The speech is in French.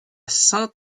saint